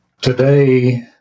Today